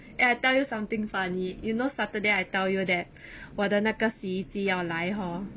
eh I tell you something funny you know saturday I tell you that 我的那个洗衣机要来 hor